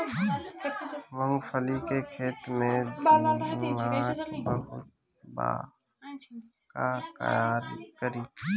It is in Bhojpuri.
मूंगफली के खेत में दीमक बहुत बा का करी?